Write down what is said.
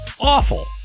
Awful